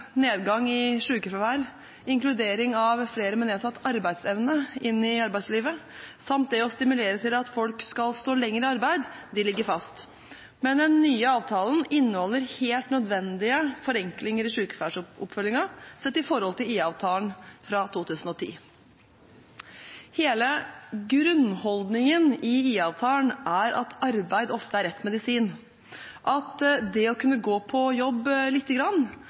nedgang i sykefravær, inkludering av flere med nedsatt arbeidsevne i arbeidslivet samt det å stimulere til at folk skal stå lenger i arbeid, ligger fast. Men den nye avtalen inneholder helt nødvendige forenklinger i sykefraværsoppfølgingen sett i forhold til IA-avtalen fra 2010. Hele grunnholdningen i IA-avtalen er at arbeid ofte er rett medisin, at det å kunne gå på jobb lite grann,